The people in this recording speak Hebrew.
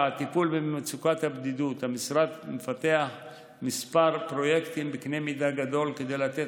הטיפול במצוקת הבדידות: המשרד מפתח כמה פרויקטים בקנה מידה גדול כדי לתת